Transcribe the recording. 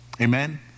Amen